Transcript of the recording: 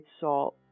salt